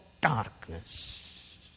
darkness